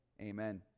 Amen